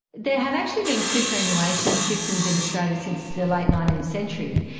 there have actually been superannuation systems in australia since the late nineteenth century,